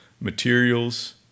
materials